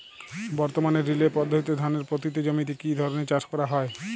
বর্তমানে রিলে পদ্ধতিতে ধানের পতিত জমিতে কী ধরনের চাষ করা হয়?